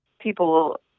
people